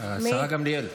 השרה גמליאל.